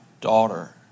daughter